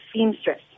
seamstress